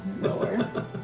lower